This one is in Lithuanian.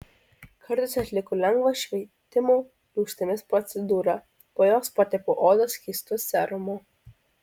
kartais atlieku lengvą šveitimo rūgštimis procedūrą po jos patepu odą skystu serumu